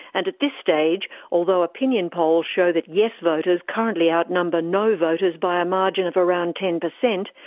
and at this stage, although opinion polls show that yes voters currently outnumber no voters by a margin of around ten percent,